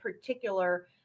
particular